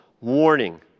warning